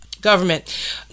government